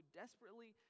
desperately